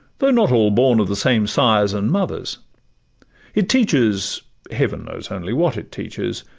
though not all born of the same sires and mothers it teaches heaven knows only what it teaches,